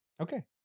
Okay